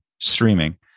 streaming